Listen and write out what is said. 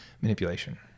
manipulation